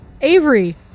Avery